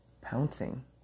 pouncing